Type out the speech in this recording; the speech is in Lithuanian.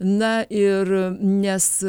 na ir nes